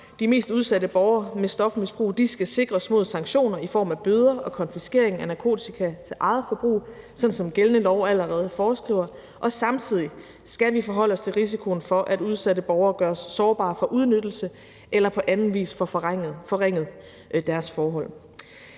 De mest udsatte borgere med stofmisbrug skal sikres mod sanktioner i form af bøder og konfiskering af narkotika til eget forbrug, sådan som den gældende lov allerede foreskriver, og samtidig skal vi forholde os til risikoen for, at udsatte borgere gøres sårbare for udnyttelse eller på anden vis får forringet deres forhold.